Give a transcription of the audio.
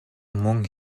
мөн